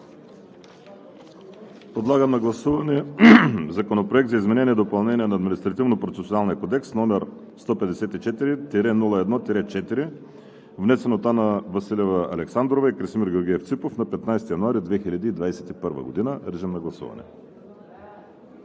Подлагам на гласуване Законопроект за изменение и допълнение на Административнопроцесуалния кодекс, № 154-01-4, внесен от Анна Василева Александрова и Красимир Георгиев Ципов на 15 януари 2021 г. Гласували